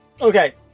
Okay